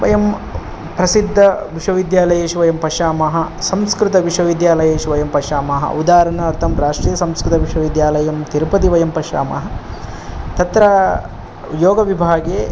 वयं प्रसिद्धविश्वविद्यालयेषु वयं पश्यामः संस्कृतविश्वविद्यालयेषु वयं पश्यामः उदाहरणार्थं राष्टीयसंस्कृतविश्वविद्यालयं तिरुपति वयं पश्यामः तत्र योगविभागे